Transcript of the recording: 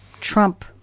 Trump